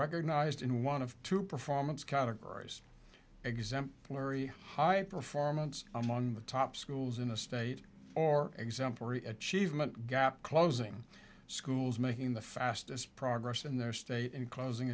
recognized in one of two performance categories exemplary high performance among the top schools in a state or exemplary achievement gap closing schools making the fastest progress in their state and causing